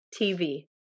TV